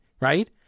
right